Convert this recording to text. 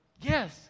Yes